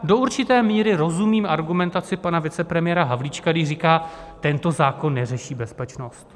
Do určité míry rozumím argumentaci pana vicepremiéra Havlíčka, když říká: tento zákon neřeší bezpečnost.